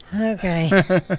Okay